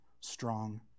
strong